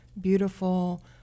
beautiful